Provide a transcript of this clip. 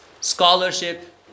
scholarship